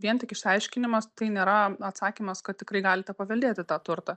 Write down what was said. vien tik išaiškinimas tai nėra atsakymas kad tikrai galite paveldėti tą turtą